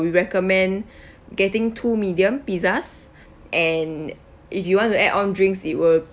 we recommend getting two medium pizzas and if you want to add on drinks it will